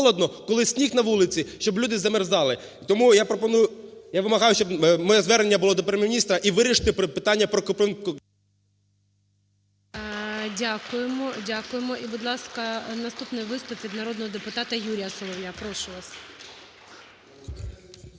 коли сніг на вулиці, щоб люди замерзали. Тому я пропоную, я вимагаю, щоб моє звернення було до Прем'єр-міністра і вирішити питання про… ГОЛОВУЮЧИЙ. Дякуємо. Дякуємо. І, будь ласка, наступний виступ від народного депутата Юрія Солов'я. Прошу вас.